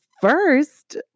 first